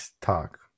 talk